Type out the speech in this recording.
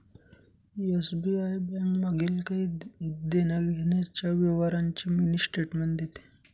SBI bank मागील काही देण्याघेण्याच्या व्यवहारांची मिनी स्टेटमेंट देते